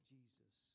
Jesus